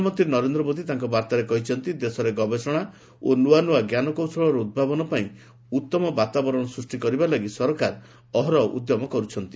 ପ୍ରଧାନମନ୍ତ୍ରୀ ନରେନ୍ଦ୍ର ମୋଦି ତାଙ୍କ ବାର୍ତ୍ତାରେ କହିଛନ୍ତି ଦେଶରେ ଗବେଷଣା ଓ ନୁଆ ନୁଆ ଜ୍ଞାନ କୌଶଳର ଉଦ୍ଭାବନ ପାଇଁ ଉତ୍ତମ ବାତାବରଣ ସୃଷ୍ଟି କରିବା ଲାଗି ସରକାର ଅହରହ ଉଦ୍ୟମ କରୁଛନ୍ତି